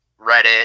Reddit